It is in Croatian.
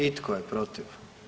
I tko je protiv?